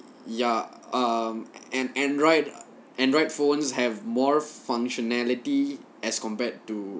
ya um an android android phones have more functionality as compared to